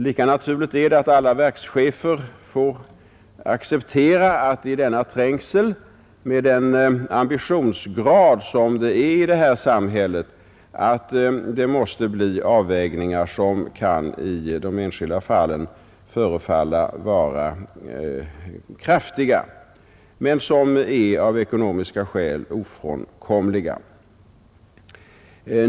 Lika naturligt är det att alla verkschefer får acceptera att det i denna trängsel, med den ambitionsgrad som det är i det här samhället, måste bli avvägningar som i de enskilda fallen kan förefalla kraftiga men som av ekonomiska skäl är ofrånkomliga.